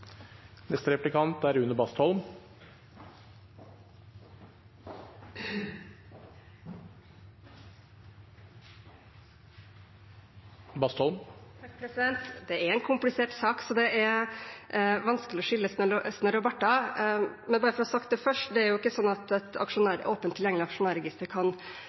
er en komplisert sak, så det er vanskelig å skille snørr og bart. Bare for å ha sagt det først: Det er ikke slik at et åpent tilgjengelig aksjonærregister kan